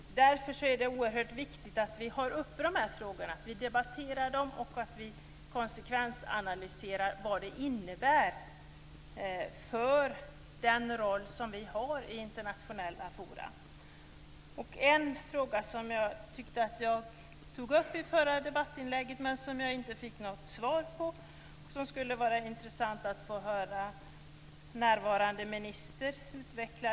Därför är det oerhört viktigt att vi har de här frågorna uppe, att vi debatterar dem och att vi konsekvensanalyserar vad de innebär för vår roll i internationella fora. Jag tog upp en fråga i mitt förra debattinlägg som jag inte fick något svar på, men som det skulle vara intressant att få höra närvarande minister utveckla.